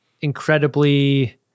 incredibly